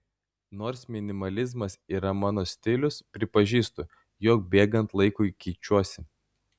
nors minimalizmas yra mano stilius pripažįstu jog bėgant laikui keičiuosi